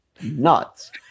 nuts